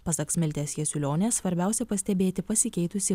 pasak smiltės jasiulionės svarbiausia pastebėti pasikeitusį